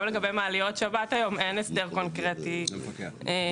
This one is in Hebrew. גם לגבי מעליות שבת אין היום הסדר קונקרטי בתקנות